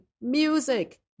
music